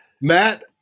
Matt